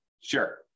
Sure